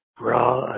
Raw